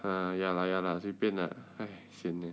ah ya lah ya lah 随便啦 sian eh